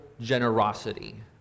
generosity